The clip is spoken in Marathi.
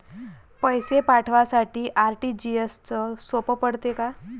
पैसे पाठवासाठी आर.टी.जी.एसचं सोप पडते का?